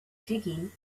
digging